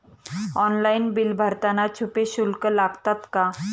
Online bill भरताना छुपे शुल्क लागतात का?